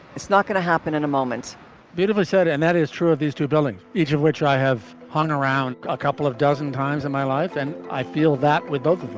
it's not going to happen in a moment beautifully said. and that is true of these two buildings, each of which i have hung around a couple of dozen times in my life. and i feel that with both of them